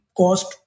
cost